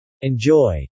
Enjoy